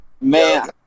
Man